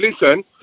listen